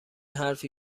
حرفی